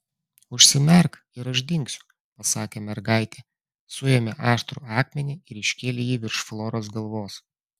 užsimerk ir aš dingsiu pasakė mergaitė suėmė aštrų akmenį ir iškėlė jį virš floros galvos